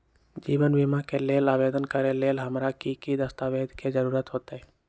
जीवन बीमा के लेल आवेदन करे लेल हमरा की की दस्तावेज के जरूरत होतई?